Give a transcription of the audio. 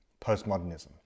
postmodernism